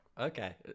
Okay